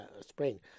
spring